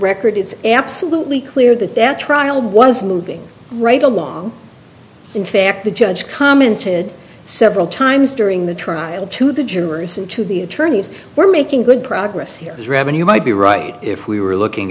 record it's absolutely clear that that trial was moving right along in fact the judge commented several times during the trial to the jurors and to the attorneys we're making good progress here is revenue might be right if we were looking